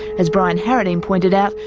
as brian harradine pointed out,